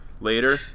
later